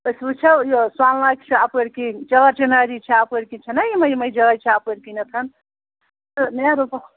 أسۍ وٕچھو یہِ سۄنہٕ لانٛکہِ چھِ اَپٲرۍ کِنۍ چار چناری چھےٚ اَپٲرۍ کِنۍ چھےٚ نَہ یِمَے یِمَے جایہِ چھِ اَپٲرۍ کِنٮ۪تھ تہٕ